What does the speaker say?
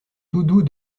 toudoux